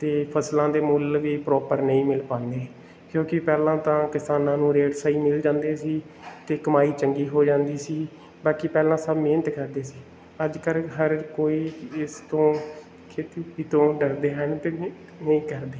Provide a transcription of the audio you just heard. ਅਤੇ ਫਸਲਾਂ ਦੇ ਮੁੱਲ ਵੀ ਪ੍ਰੋਪਰ ਨਹੀਂ ਮਿਲ ਪਾਉਂਦੇ ਕਿਉਂਕਿ ਪਹਿਲਾਂ ਤਾਂ ਕਿਸਾਨਾਂ ਨੂੰ ਰੇਟ ਸਹੀ ਮਿਲ ਜਾਂਦੇ ਸੀ ਅਤੇ ਕਮਾਈ ਚੰਗੀ ਹੋ ਜਾਂਦੀ ਸੀ ਬਾਕੀ ਪਹਿਲਾਂ ਸਭ ਮਿਹਨਤ ਕਰਦੇ ਸੀ ਅੱਜ ਕੱਲ ਹਰ ਕੋਈ ਇਸ ਤੋਂ ਖੇਤੀ ਤੋਂ ਡਰਦੇ ਹਨ ਅਤੇ ਨਹੀਂ ਕਰਦੇ